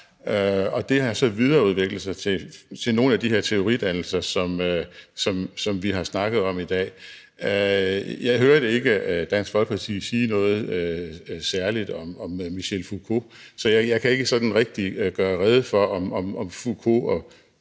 og det har så videreudviklet sig til nogle af de her teoridannelser, som vi har snakket om i dag. Jeg hørte ikke Dansk Folkeparti sige noget særlig om Michel Foucault, så jeg kan ikke sådan rigtig gøre rede for, om Foucault og